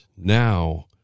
now